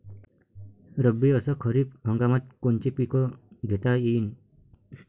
रब्बी अस खरीप हंगामात कोनचे पिकं घेता येईन?